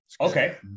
Okay